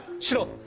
sure.